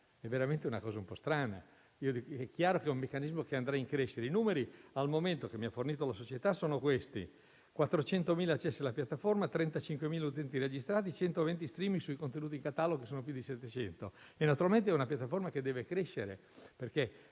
è veramente un po' strano. È chiaro che è un meccanismo che andrà a crescere. I numeri che la società mi ha fornito al momento sono i seguenti: 400.000 accessi alla piattaforma, 35.000 utenti registrati, 120 *streaming* sui contenuti in catalogo che sono più di 700. Naturalmente è una piattaforma che deve crescere,